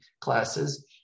classes